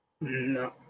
No